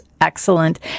excellent